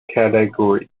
category